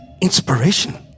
inspiration